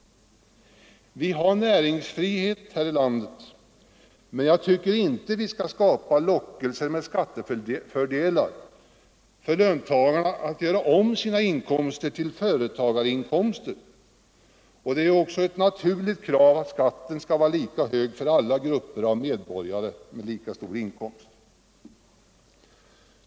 Vi har näringsfrihet här i landet, men jag tycker inte att vi genom att tillskapa skattefördelar skall locka löntagarna att göra om sina inkomster till företagarinkomster. Det är också ett naturligt krav att skatten skall vara lika hög för alla grupper av medborgare med lika stor inkomst.